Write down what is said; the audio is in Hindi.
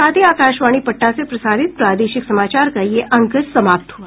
इसके साथ ही आकाशवाणी पटना से प्रसारित प्रादेशिक समाचार का ये अंक समाप्त हुआ